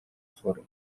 for